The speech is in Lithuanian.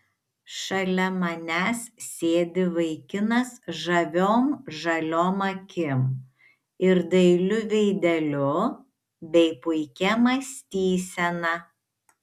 šalia manęs sėdi vaikinas žaviom žaliom akim ir dailiu veideliu bei puikia mąstysena